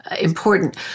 important